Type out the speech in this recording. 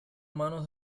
manos